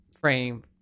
frame